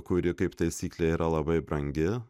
kuri kaip taisyklė yra labai brangi